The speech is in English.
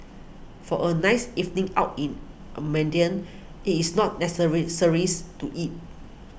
for a nice evening out in it is not to eat